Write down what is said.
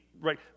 right